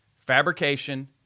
fabrication